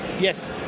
yes